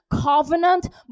covenant